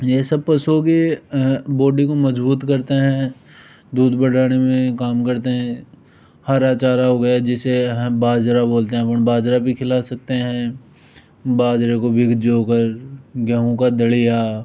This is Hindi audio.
ये सब पशुओं के बॉडी को मजबूत करते हैं दूध बनाने में काम करते हैं हरा चारा हो गया जिसे हम बाजरा बोलते हैं अपन बाजरा भी खिला सकते हैं बाजरे को भी जो कर गेहूं का दड़िया